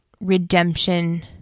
redemption